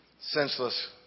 Senseless